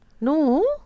No